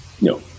No